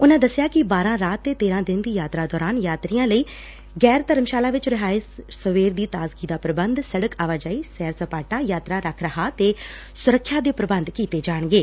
ਉਨੂਂ ਦਸਿਆ ਕਿ ਬਾਰਾਂ ਰਾਤ ਤੇ ਤੇਰਾਂ ਦਿਨ ਦੀ ਯਾਤਰਾ ਦੌਰਾਨ ਯਾਤਰੀਆਂ ਲਈ ਗੈਰ ਧਰਮਸ਼ਾਲਾ ਵਿੱਚ ਰਿਹਾਇਸ਼ ਸਵੇਰ ਦੀ ਤਾਜ਼ਗੀ ਦਾ ਪ੍ਬੰਧ ਸਤਕੀ ਆਵਾਜਾਈ ਸੈਰ ਸਪਾਟਾ ਯਾਤਰਾ ਰੱਖ ਰਖਾਅ ਤੇ ਸੁਰੱਖਿਆ ਦੇ ਪ੍ਬੰਧ ਕੀਤੇ ਜਾਣਗੇ